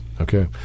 Okay